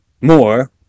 more